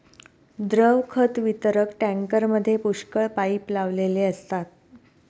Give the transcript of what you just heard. द्रव खत वितरक टँकरमध्ये पुष्कळ पाइप लावलेले असतात